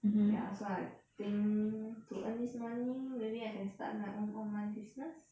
ya so I think to earn this money maybe I can start my own online business